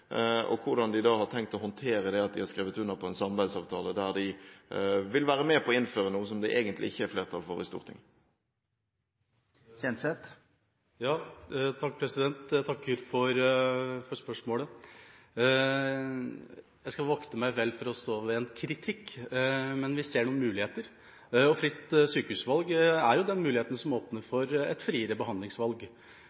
og hvordan de har tenkt å håndtere det at de har skrevet under på en samarbeidsavtale der de vil være med på å innføre noe som det egentlig ikke er flertall for i Stortinget. Jeg takker for spørsmålet. Jeg skal vokte meg vel for å stå ved en kritikk, men vi ser noen muligheter. Fritt sykehusvalg er jo den muligheten som åpner